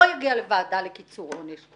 לא יגיע לוועדה לקיצור עונש.